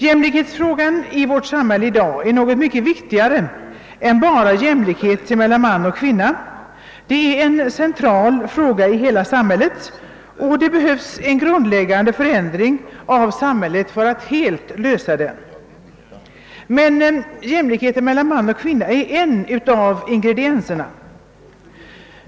Jämlikhetsfrågan i vårt samhälle är någonting mycket viktigare i dag än bara en fråga om jämlikhet mellan man och kvinna. Det är en central fråga ihela samhället, och det behövs en grundläggande förändring av samhället för att den skall kunna lösas helt. Jämlikheten mellan man och kvinna är emellertid en av ingredienserna.